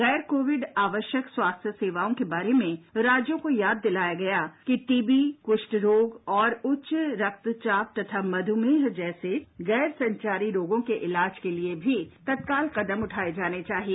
गैर कोविड आवश्यक स्वास्थ्य सेवाओं के बारे में राज्यों को याद दिलाया गया कि टीबी कृष्ठ रोग और उच्च रक्तचाप तथा मधुमेह जैसे गैर संचारी रोगों के इलाज के लिए भी तत्काल कदम उठाए जाने चाहिए